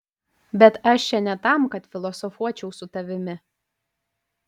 bet aš čia ne tam kad filosofuočiau su tavimi